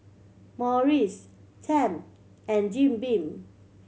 Morries Tempt and Jim Beam